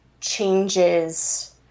changes